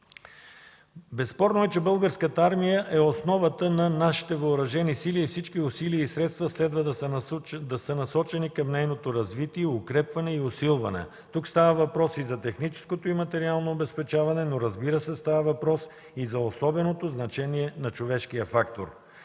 Безспорно е, че Българската армия е основата на нашите Въоръжени сили и всички усилия и средства следва да са насочени към нейното развитие, укрепване и усилване. Тук става въпрос и за техническото и материално обезпечаване, но, разбира се, става въпрос и за особеното значение на човешкия фактор.